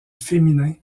féminin